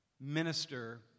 minister